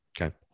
Okay